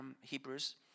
Hebrews